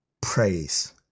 praise